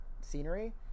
scenery